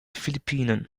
philippinen